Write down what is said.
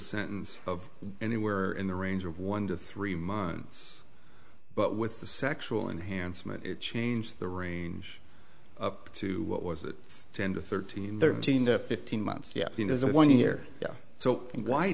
sentence of anywhere in the range of one to three months but with the sexual enhancement it changed the range up to what was it ten to thirteen thirteen to fifteen months yet there's a one year so why